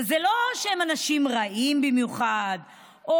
וזה לא שהם אנשים רעים במיוחד או